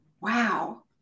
Wow